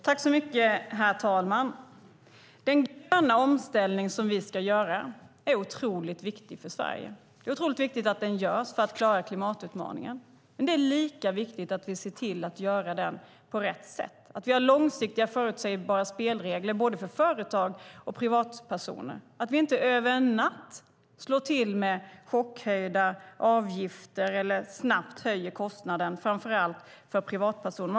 Herr talman! Den gröna omställning som vi ska göra är otroligt viktig för Sverige och för att vi ska klara klimatutmaningen. Men det är lika viktigt att vi ser till att göra den på rätt sätt: att vi har långsiktiga och förutsägbara spelregler för både företag och privatpersoner och att vi inte över en natt slår till med chockhöjda avgifter eller höjer kostnaden snabbt, framför allt inte för privatpersoner.